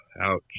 ouch